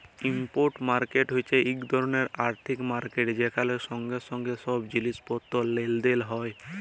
spot market হছে ইক ধরলের আথ্থিক মার্কেট যেখালে সঙ্গে সঙ্গে ছব জিলিস পত্তর লেলদেল হ্যয়